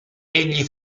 egli